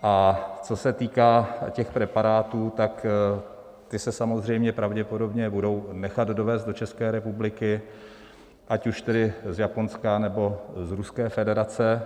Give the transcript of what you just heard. A co se týká těch preparátů, tak ty se samozřejmě pravděpodobně budou nechat dovézt do České republiky, ať už tedy z Japonska, nebo z Ruské federace.